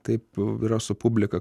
taip yra su publika